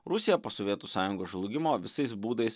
rusija po sovietų sąjungos žlugimo visais būdais